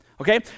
okay